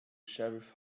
sheriff